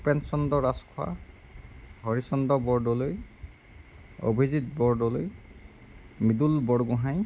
Bhupenchandra Rajkhowa Harichandra Bordoloi Abhijit Bordoloi Mridul Borgohain